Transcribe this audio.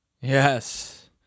Yes